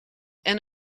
and